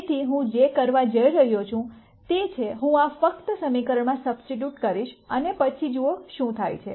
તેથી હું જે કરવા જઇ રહ્યો છું તે છે હું આ ફક્ત સમીકરણમાં સબસ્ટિટ્યૂટ કરીશ અને પછી જુઓ શું થાય છે